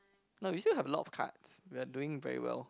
no we still have a lot of cards we're doing very well